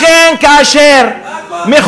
לכן, כאשר, רק כוח אתם מבינים.